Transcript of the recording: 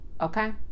Okay